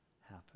happen